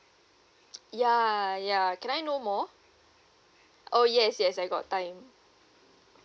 ya ya can I know more oh yes yes I got time